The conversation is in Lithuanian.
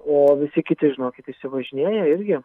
o visi kiti žinokit išsivažinėja irgi